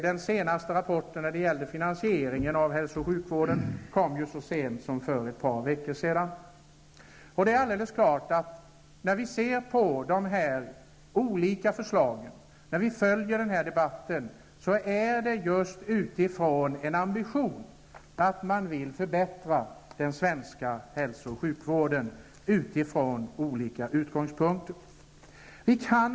Den senaste rapporten, som kom så sent som för ett par veckor sedan, handlade om finansieringen av hälso och sjukvården. När vi tar del av de olika förslagen och följer debatten visar det sig att man har ambitionen att förbättra den svenska hälso och sjukvården, även om utgångspunkterna är olika.